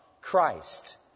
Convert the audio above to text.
Christ